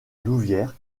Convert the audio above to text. louvière